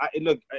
look